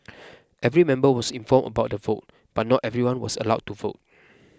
every member was informed about the vote but not everyone was allowed to vote